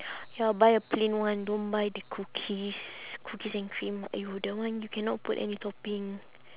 ya buy a plain one don't buy the cookies cookies and cream !aiyo! that one you cannot put any topping